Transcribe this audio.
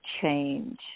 change